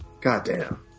Goddamn